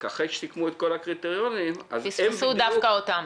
רק אחרי שסיכמו את כל הקריטריונים -- פספסו דווקא אותם.